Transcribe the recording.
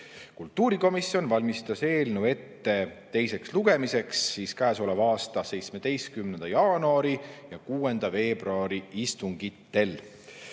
Kultuurikomisjon valmistas eelnõu teiseks lugemiseks ette käesoleva aasta 17. jaanuari ja 6. veebruari istungil.